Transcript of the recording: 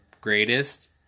greatest